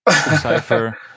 cipher